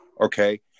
Okay